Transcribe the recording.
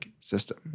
system